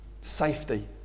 safety